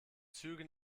züge